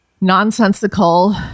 nonsensical